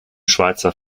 schweizer